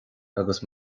agus